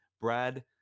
Brad